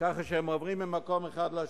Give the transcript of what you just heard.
ככה שהם עוברים ממקום אחד לשני,